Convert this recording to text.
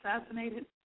assassinated